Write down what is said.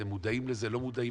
אתם מודעים לזה, לא מודעים?